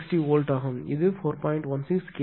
16 kV